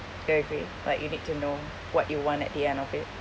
you agree like you need to know what you want at the end of it